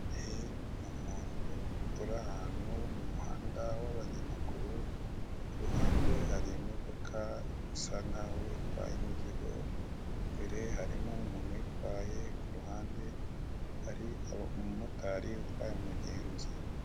Imodoka yo mu bwoko bw'ikamyo iri kugenda mu muhanda wa kaburimbo. Iruhande rw'umuhanda hari kugendera umunyamaguru, mu gihe inyuma y'imodoka ho hari amapikipiki.